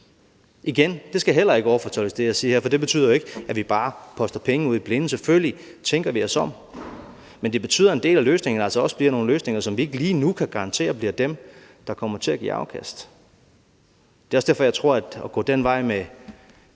siger her, skal heller ikke overfortolkes, for det betyder ikke, at vi bare poster penge ud i blinde. Selvfølgelig tænker vi os om. Men det betyder, at en del af løsningen altså også bliver nogle løsninger, som vi ikke lige nu kan garantere bliver dem, der kommer til at give afkast. Det er også derfor, jeg tror, at det at gå ad den vej imod